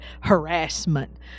harassment